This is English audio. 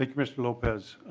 like mr. lopez.